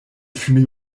fumée